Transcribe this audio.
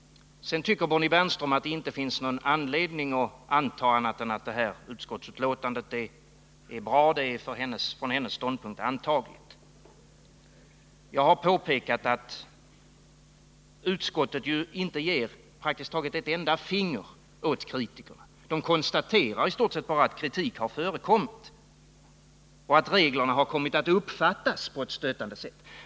Sedan tycker Bonnie Bernström att det inte finns någon anledning att anta annat än att detta utskottsbetänkande är bra — det är från hennes ståndpunkt antagligt. Jag har påpekat att utskottet praktiskt taget inte ger ett enda finger åt kritikerna. Utskottet konstaterar i stort sett bara att kritik har förekommit och att reglerna har kommit att uppfattas på ett stötande sätt.